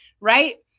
Right